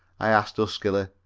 i asked, huskily.